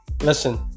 Listen